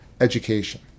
education